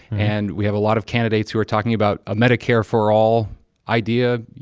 and we have a lot of candidates who are talking about a medicare for all idea.